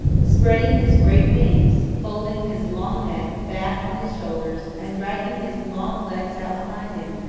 spreading his great wings, folding his long neck back on his shoulders, and dragging his long legs out behind him,